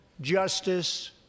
justice